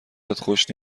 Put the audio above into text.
خوش